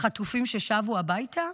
שהחטופים ששבו הביתה,